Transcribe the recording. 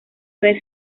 haber